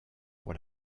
pour